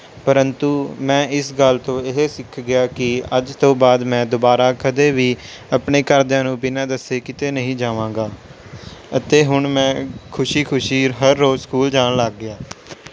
ਪਰੰਤੂ ਮੈਂ ਇਸ ਗੱਲ ਤੋਂ ਇਹ ਸਿੱਖ ਗਿਆ ਕਿ ਅੱਜ ਤੋਂ ਬਾਅਦ ਮੈਂ ਦੁਬਾਰਾ ਕਦੇ ਵੀ ਆਪਣੇ ਘਰਦਿਆਂ ਨੂੰ ਬਿਨਾਂ ਦੱਸੇ ਕਿਤੇ ਨਹੀਂ ਜਾਵਾਂਗਾ ਅਤੇ ਹੁਣ ਮੈਂ ਖੁਸ਼ੀ ਖੁਸ਼ੀ ਹਰ ਰੋਜ਼ ਸਕੂਲ ਜਾਣ ਲੱਗ ਗਿਆ